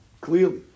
Clearly